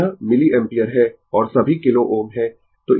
यह मिलिएम्पियर है और सभी किलो Ω है